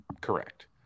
Correct